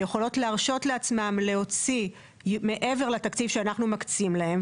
שיכולות להרשות לעצמן להוציא מעבר לתקציב שאנחנו מקצים להם,